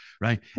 Right